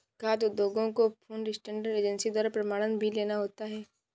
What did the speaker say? खाद्य उद्योगों को फूड स्टैंडर्ड एजेंसी द्वारा प्रमाणन भी लेना होता है